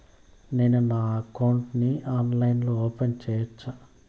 నేను నా అకౌంట్ ని ఆన్లైన్ లో ఓపెన్ సేయొచ్చా?